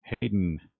Hayden